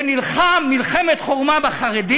שנלחם מלחמת חורמה בחרדים,